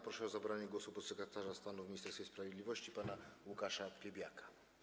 Proszę o zabranie głosu podsekretarza stanu w Ministerstwie Sprawiedliwości pana Łukasza Piebiaka.